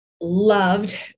loved